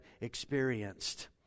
experienced